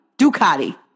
Ducati